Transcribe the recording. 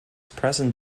present